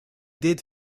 did